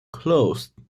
closed